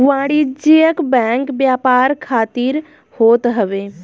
वाणिज्यिक बैंक व्यापार खातिर होत हवे